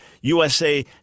USA